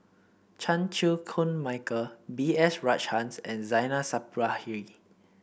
Chan Chew Koon Michael B S Rajhans and Zainal Sapari